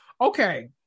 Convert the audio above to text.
Okay